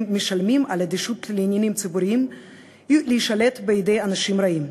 משלמים על אדישות לעניינים ציבוריים הוא להישלט בידי אנשים רעים".